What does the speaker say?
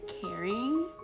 caring